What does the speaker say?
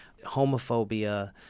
Homophobia